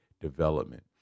development